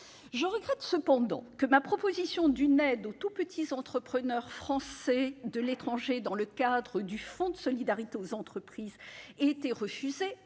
Je regrette cependant que ma proposition d'aide aux tout petits entrepreneurs français de l'étranger dans le cadre du fonds de solidarité aux entreprises ait été refusée